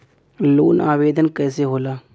Loan आवेदन कैसे होला?